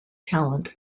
talent